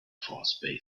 force